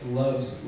loves